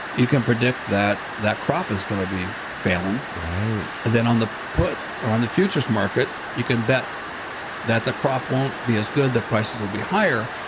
you can predict that that crop is going to be failing. then on the put or on the futures market, you can bet that the crop won't be as good the prices will be higher.